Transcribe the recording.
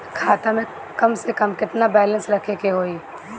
खाता में कम से कम केतना बैलेंस रखे के होईं?